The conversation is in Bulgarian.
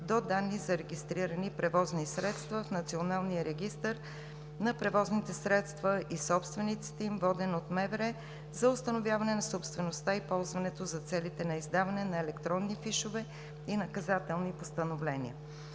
до данни за регистрирани превозни средства в Националния регистър на превозните средства и собствениците им, воден от МВР, за установяване на собствеността и ползването за целите на издаване на електронни фишове и наказателни постановления.